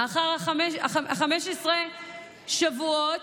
לאחר 15 שבועות,